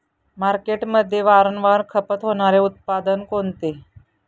मार्केटमध्ये वारंवार खपत होणारे उत्पादन कोणते?